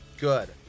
good